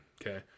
Okay